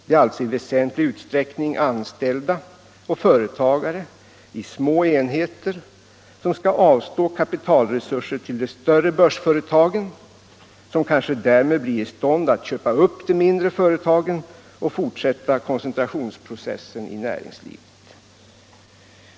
Det är alltså i väsentlig utsträckning anställda och företagare i små enheter som skall avstå kapitalresurser till de större börsföretagen, som kanske därmed blir i stånd att köpa upp de mindre företagen och fortsätta koncentrationsprocessen i näringslivet.